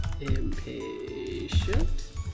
Impatient